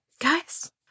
guys